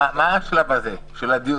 מה השלב הזה של הדיון?